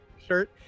shirt